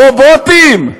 רובוטים?